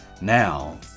Now